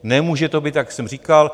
Nemůže to být, jak jsem říkal...